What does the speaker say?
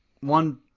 one